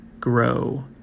grow